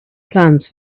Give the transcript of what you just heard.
plans